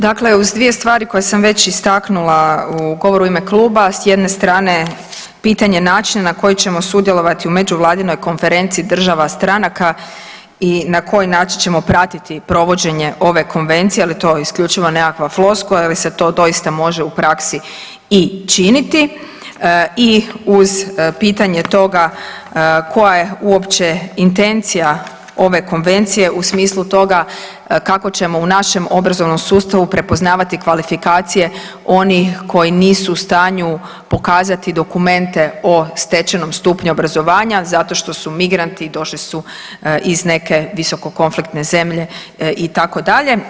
Dakle, uz dvije stvari koje sam već istaknula u govoru u ime kluba, s jedne strane pitanje načina na koji ćemo sudjelovati u Međuvladinoj konferenciji država stranka i na koji način ćemo pratiti provođenje ove konvencije jel je to isključivo nekakva floskula ili se to doista može u praksi i činiti i uz pitanje toga koja je uopće intencija ove konvencije u smislu toga kako ćemo u našem obrazovnom sustavu prepoznavati kvalifikacije onih koji nisu u stanju pokazati dokumente o stečenom stupnju obrazovanja zato što su migranti, došli su iz neke visoko konfliktne zemlje itd.